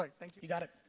like thank you. you got it.